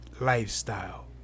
lifestyle